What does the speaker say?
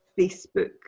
Facebook